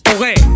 Okay